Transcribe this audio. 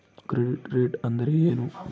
Credit rate ಅಂದರೆ ಏನು?